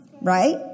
Right